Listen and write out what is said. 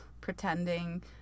pretending